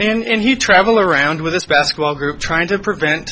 and he travel around with this basketball group trying to prevent